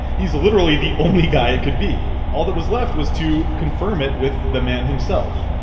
he is literally the only guy it could be. all that was left was to confirm it with the man himself.